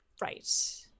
Right